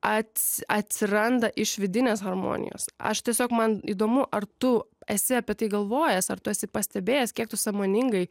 ats atsiranda iš vidinės harmonijos aš tiesiog man įdomu ar tu esi apie tai galvojęs ar tu esi pastebėjęs kiek tu sąmoningai